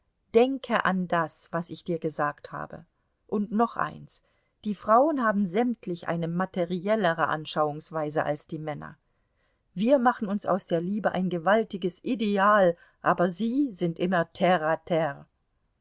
denke an das was ich dir gesagt habe und noch eins die frauen haben sämtlich eine materiellere anschauungsweise als die männer wir machen uns aus der liebe ein gewaltiges ideal aber sie sind immer terre